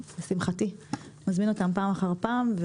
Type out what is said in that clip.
שלשמחתי אתה מזמין אותם פעם אחר פעם,